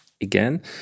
again